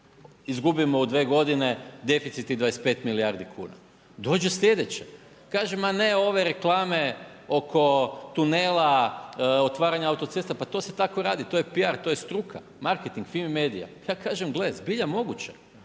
…/Govornik se ne razumije./… 25 milijardi kuna. Dođu sljedeće. Kaže ma ne ove reklame oko tunela, otvaranja oko autocesta, pa to se tako redi, to je PR, to je struka, marketing FIMI-MEDIA. Ja kaže, gle zbilja moguće.